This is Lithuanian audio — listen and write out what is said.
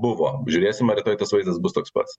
buvo žiūrėsim ar rytoj tas vaizdas bus toks pats